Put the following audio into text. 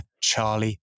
Charlie